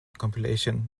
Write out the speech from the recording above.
compilation